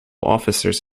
officers